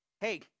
Hey